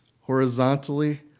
horizontally